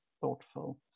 thoughtful